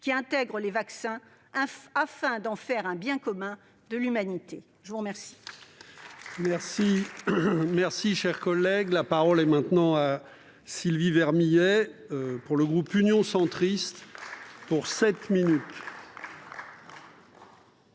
qui intègre les vaccins, afin d'en faire un bien commun de l'humanité. La parole